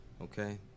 Okay